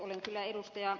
olen kyllä ed